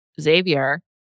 Xavier